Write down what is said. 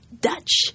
Dutch